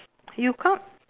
you count